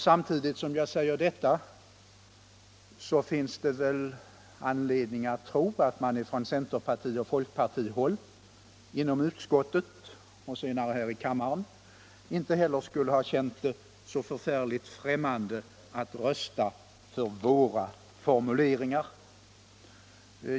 Samtidigt som jag säger detta finns det väl anledning tro att man från centerparti och folkpartihåll inom utskottet — och senare här i kammaren —- inte heller skulle ha känt sig så förfärligt främmande för att rösta för våra formuleringar.